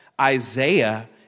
Isaiah